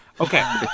Okay